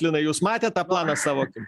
linai jūs matėt tą planą savo akim